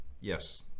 Yes